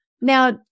Now